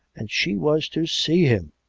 and she was to see him!